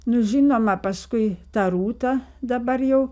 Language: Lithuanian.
nu žinoma paskui tą rūta dabar jau